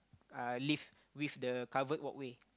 uh lift with the covered walkway